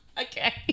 Okay